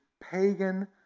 pagan